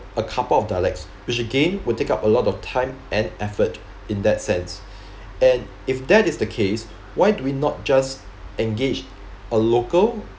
a couple of dialects which again would take up a lot of time and effort in that sense and if that is the case why do we not just engage a local